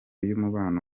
y’umubano